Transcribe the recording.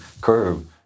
curve